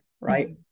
right